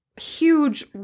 huge